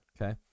Okay